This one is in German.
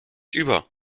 über